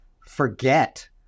forget